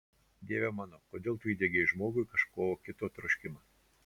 dieve mano kodėl tu įdiegei žmogui kažko kito troškimą